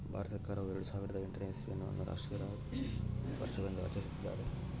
ಭಾರತ ಸರ್ಕಾರವು ಎರೆಡು ಸಾವಿರದ ಎಂಟನೇ ಇಸ್ವಿಯನ್ನು ಅನ್ನು ರಾಷ್ಟ್ರೀಯ ರಾಗಿ ವರ್ಷವೆಂದು ಆಚರಿಸುತ್ತಿದ್ದಾರೆ